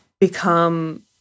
become